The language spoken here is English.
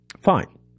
Fine